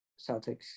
celtics